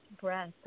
breath